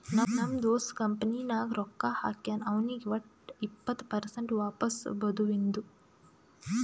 ನಮ್ ದೋಸ್ತ ಕಂಪನಿ ನಾಗ್ ರೊಕ್ಕಾ ಹಾಕ್ಯಾನ್ ಅವ್ನಿಗ್ ವಟ್ ಇಪ್ಪತ್ ಪರ್ಸೆಂಟ್ ವಾಪಸ್ ಬದುವಿಂದು